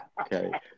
Okay